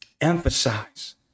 emphasize